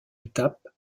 étape